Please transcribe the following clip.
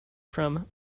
from